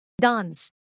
Dance